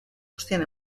guztien